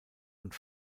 und